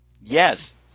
Yes